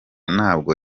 ntabwo